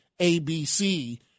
ABC